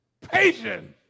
patience